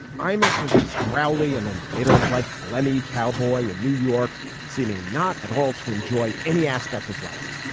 i miss was this growly. and then later in his life, flemmi cowboy in new york seeming not at all to enjoy any aspect of life.